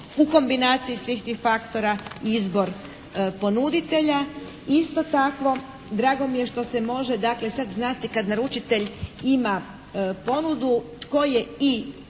u kombinaciji svih tih faktora izbor ponuditelja. Isto tako drago mi je što se može dakle sad znati kad naručitelj ima ponudu koji je i